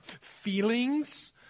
feelings